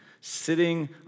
sitting